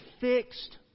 fixed